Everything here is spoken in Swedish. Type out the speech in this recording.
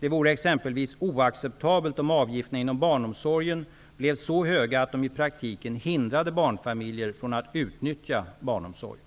Det vore exempelvis oacceptabelt om avgifterna inom barnomsorgen blev så höga att de i praktiken hindrade barnfamiljer från att utnyttja barnomsorg.